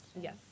Yes